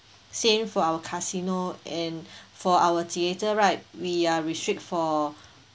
same for our casino and for our theater right we are restrict for